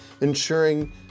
ensuring